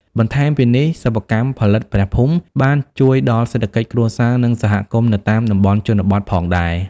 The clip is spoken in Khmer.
បន្ថែមពីនេះ សិប្បកម្មផលិតព្រះភូមិបានជួយដល់សេដ្ឋកិច្ចគ្រួសារ និងសហគមន៍នៅតាមតំបន់ជនបទផងដែរ។